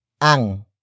ang